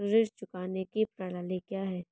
ऋण चुकाने की प्रणाली क्या है?